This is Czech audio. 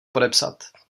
podepsat